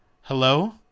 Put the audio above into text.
Hello